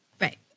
Right